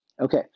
Okay